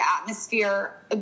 atmosphere